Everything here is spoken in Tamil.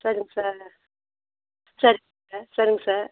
சரிங்க சார் சரிங்க சார் சரிங்க சார்